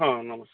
ହଁ ନମସ୍କାର